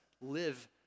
live